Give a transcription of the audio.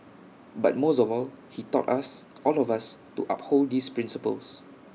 but most of all he taught us all of us to uphold these principles